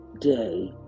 day